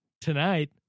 Tonight